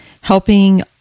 helping